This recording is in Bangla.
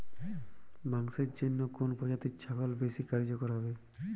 মাংসের জন্য কোন প্রজাতির ছাগল বেশি কার্যকরী হবে?